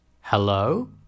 Hello